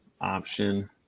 option